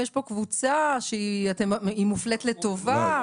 יש פה קבוצה שהיא מופלית לטובה?